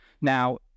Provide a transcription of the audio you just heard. now